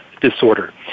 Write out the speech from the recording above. disorder